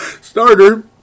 starter